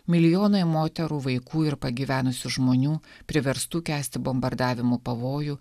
milijonai moterų vaikų ir pagyvenusių žmonių priverstų kęsti bombardavimų pavojų